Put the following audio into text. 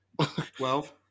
Twelve